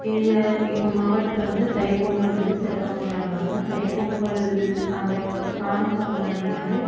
எங்கள் எங்கள் மாவட்டத்தில் வந்து தைப்பொங்கல் வந்து சிறப்பாக கொண்டாடுவாங்கள் தைப்பொங்கல் அந்த காணும் பொங்கல் அன்றைக்கு வந்து